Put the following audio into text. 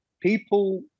people